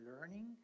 learning